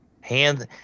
hands